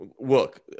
Look